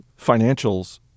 financials